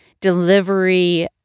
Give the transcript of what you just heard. delivery